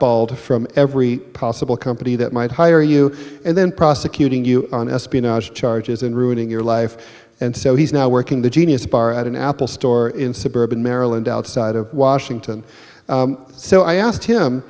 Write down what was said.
balled from every possible company that might hire you and then prosecuting you on espionage charges and ruining your life and so he's now working the genius bar at an apple store in suburban maryland outside of washington so i asked him